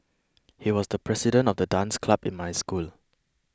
he was the president of the dance club in my school